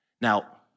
Now